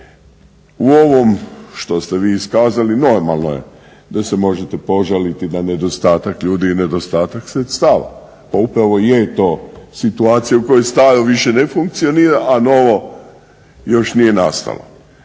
u ovom što ste vi kazali normalno je da se možete požaliti da nedostatak ljudi i nedostatak sredstava, pa upravo i je to situacija u kojoj staro više ne funkcionira, a novo još nije nastalo,